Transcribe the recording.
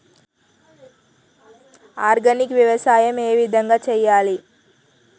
Organic వ్యవసాయం ఏ విధంగా చేయాలి?